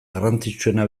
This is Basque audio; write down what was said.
garrantzitsuena